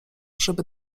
żeby